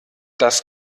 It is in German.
das